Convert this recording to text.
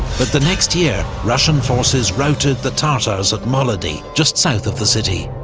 but the next year russian forces routed the tatars at molodi, just south of the city.